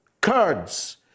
Kurds